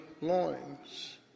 loins